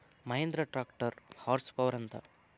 Mahindra tractor horse power ఎంత?